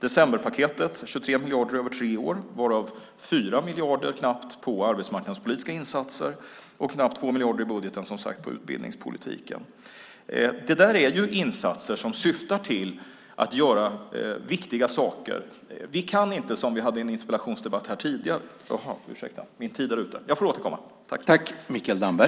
Decemberpaketet innebar 23 miljarder över tre år varav knappt 4 miljarder för arbetsmarknadspolitiska insatser och knappt 2 miljarder på utbildningspolitiken. Detta är insatser som syftar till att göra viktiga saker.